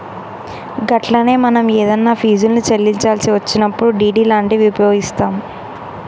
గట్లనే మనం ఏదన్నా ఫీజుల్ని చెల్లించాల్సి వచ్చినప్పుడు డి.డి లాంటివి ఉపయోగిస్తాం